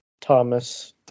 Thomas